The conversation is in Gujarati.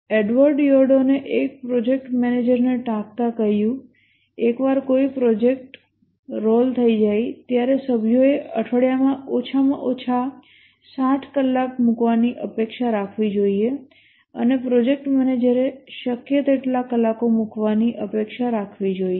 એડવર્ડ યોરડોને એક પ્રોજેક્ટ મેનેજરને ટાંકતાં કહ્યું એકવાર કોઈ પ્રોજેક્ટ રોલ થઈ જાય ત્યારે સભ્યોએ અઠવાડિયામાં ઓછામાં ઓછા 60 કલાક મૂકવાની અપેક્ષા રાખવી જોઈએ અને પ્રોજેક્ટ મેનેજરે શક્ય તેટલા કલાકો મૂકવાની અપેક્ષા રાખવી જોઈએ